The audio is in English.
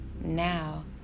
Now